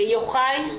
יוחאי,